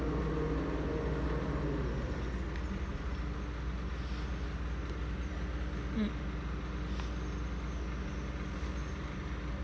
mm